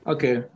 Okay